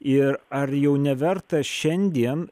ir ar jau neverta šiandien